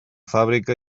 fàbrica